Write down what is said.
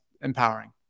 empowering